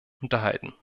unterhalten